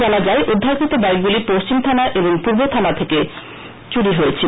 জানা যায় উদ্ধারকৃত বাইক গুলি পশ্চিম থানা এবং পূর্ব থানা এলাকা থেকে চুরি হয়েছিল